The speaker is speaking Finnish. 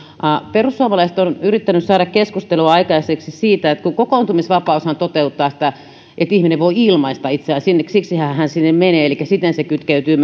perussuomalaiset ovat yrittäneet saada aikaiseksi keskustelua siitä että kokoontumisvapaushan toteuttaa sitä että ihminen voi ilmaista itseään siksihän hän sinne menee elikkä siten se kytkeytyy